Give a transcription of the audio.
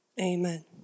Amen